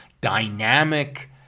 dynamic